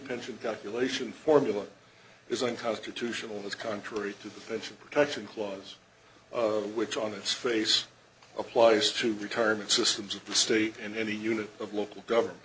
pension calculation formula is unconstitutional is contrary to the pension protection clause which on its face applies to retirement systems of the state and any unit of local government